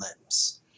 lips